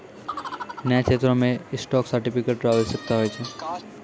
न्याय क्षेत्रो मे स्टॉक सर्टिफिकेट र आवश्यकता होय छै